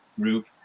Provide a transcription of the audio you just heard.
Group